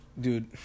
Dude